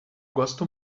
gosto